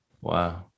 Wow